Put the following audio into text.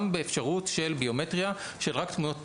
באפשרות של ביומטריה של רק תמונות פנים.